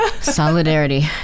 Solidarity